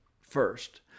first